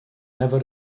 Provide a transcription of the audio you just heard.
never